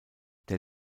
der